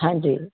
ਹਾਂਜੀ